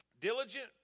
Diligent